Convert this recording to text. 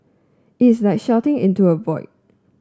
it's like shouting into a void